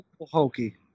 hokey